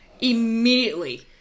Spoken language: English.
immediately